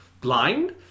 Blind